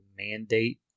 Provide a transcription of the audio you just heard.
mandate